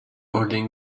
holding